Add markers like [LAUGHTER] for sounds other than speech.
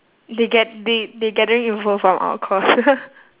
they gath~ they they gathering info from our course [NOISE]